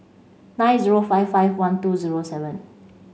nine zero five five one two zero seven